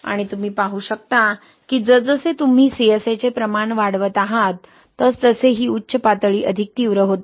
आणि तुम्ही पाहू शकता की जसजसे तुम्ही CSA चे प्रमाण वाढवत आहात तसतसे ही उच्च पातळी अधिक तीव्र होते